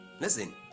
listen